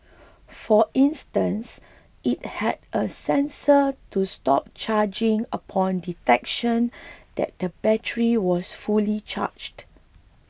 for instance it had a sensor to stop charging upon detection that the battery was fully charged